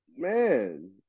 Man